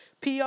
PR